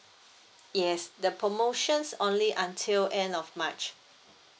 yes the promotions only until end of march